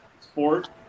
sport